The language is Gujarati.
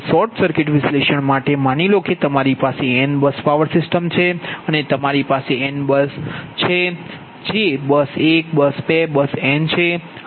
હવે શોર્ટ સર્કિટ વિશ્લેષણ માટે માની લો કે તમારી પાસે n બસ પાવર સિસ્ટમ છે તમારી પાસે n બસ પાવર સિસ્ટમ છે જે બસ 1 બસ 2 બસ n છે